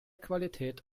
qualität